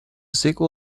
sequel